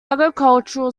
agricultural